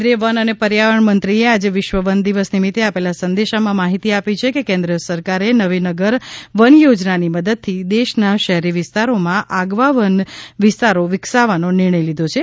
કેન્દ્રિય વન અને પર્યાવરણ મંત્રી એ આજે વિશ્વ વન દિવસ નિમિત્ત આપેલા સંદેશામાં માહિતી આપી કે કેન્દ્ર સરકારે નવી નગર વન યોજનાની મદદથી દેશના શેહરી વિસ્તારોમાં આગવા વન વિસ્તારો વિકસાવવાનો નિર્ણય લીધો છે